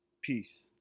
Peace